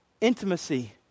Intimacy